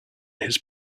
his